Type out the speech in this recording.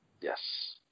Yes